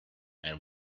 and